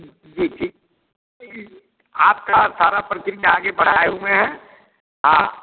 जी जी ठीक आपकी सारी प्रक्रिया आगे बढ़ाए हुए हैं हाँ